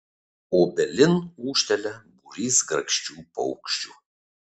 obelin ūžtelia būrys grakščių paukščių